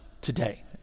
today